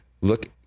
look